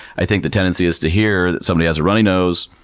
i think the tendency is to hear that somebody has a runny nose,